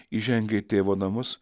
įžengia į tėvo namus